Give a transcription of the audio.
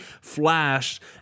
flashed